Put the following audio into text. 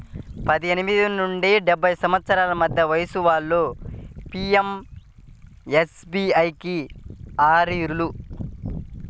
పద్దెనిమిది నుండి డెబ్బై సంవత్సరాల మధ్య వయసున్న వాళ్ళు పీయంఎస్బీఐకి అర్హులు